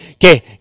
que